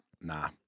nah